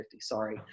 sorry